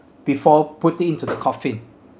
before putting into the coffin